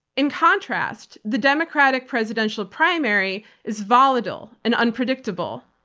in contrast, the democratic presidential primary is volatile and unpredictable,